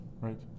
right